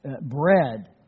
bread